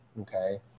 Okay